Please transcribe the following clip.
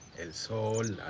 sol,